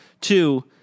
Two